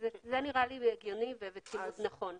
זה נראה לי הגיוני וצימוד נכון.